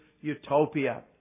utopia